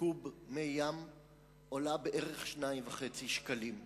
קוב מי-ים שאפשר יהיה לשתות אותם עולה בערך 2.5 שקלים.